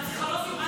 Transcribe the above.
אצל הפסיכולוגים,